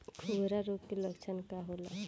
खुरहा रोग के लक्षण का होला?